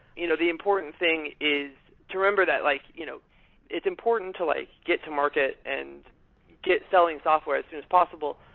you know the important thing is to remember that like you know it's important to like get to market and get selling software as soon as possible,